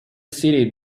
city